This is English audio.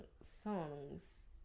songs